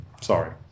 Sorry